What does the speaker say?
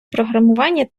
програмування